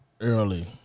early